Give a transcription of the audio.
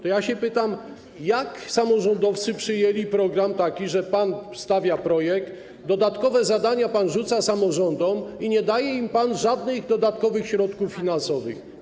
To ja pytam: Jak samorządowcy przyjęli program taki, że pan przedstawia projekt, dodatkowe zadania pan narzuca samorządom i nie daje im pan żadnych dodatkowych środków finansowych?